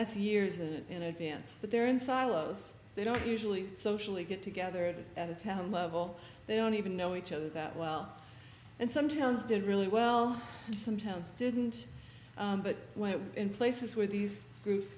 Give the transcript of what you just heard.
that's years of it in advance but they're in silos they don't usually socially get together at a town level they don't even know each other that well and some towns did really well some towns didn't but in places where these groups